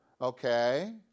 Okay